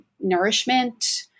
nourishment